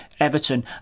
everton